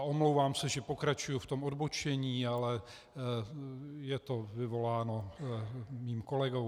Omlouvám se, že pokračuji v tom odbočení, ale je to vyvoláno kolegou.